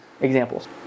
Examples